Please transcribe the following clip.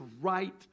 right